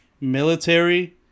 Military